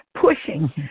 pushing